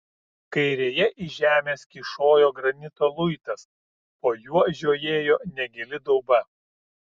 kairėje iš žemės kyšojo granito luitas po juo žiojėjo negili dauba